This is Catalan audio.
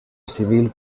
civil